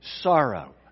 sorrow